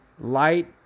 light